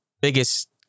biggest